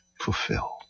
fulfilled